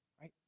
right